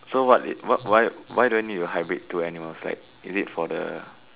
so what what why why don't you hybrid two animals like is it for the